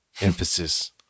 Emphasis